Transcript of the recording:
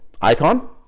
icon